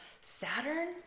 Saturn